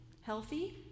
healthy